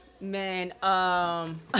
man